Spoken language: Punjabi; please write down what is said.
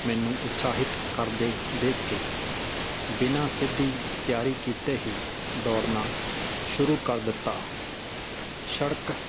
ਮੈਨੂੰ ਉਤਸ਼ਾਹਿਤ ਕਰਦੇ ਦੇਖ ਕੇ ਬਿਨਾ ਸਿੱਧੀ ਤਿਆਰੀ ਕੀਤੇ ਹੀ ਦੌੜਨਾ ਸ਼ੁਰੂ ਕਰ ਦਿੱਤਾ ਸੜਕ